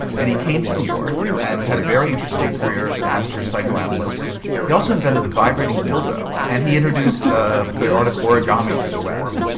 and he came to new york and had a very interesting career as an amateur psychoanalyst he also invented the vibrating dildo and he introduced ah the art of origami to the west.